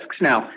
Now